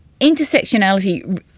intersectionality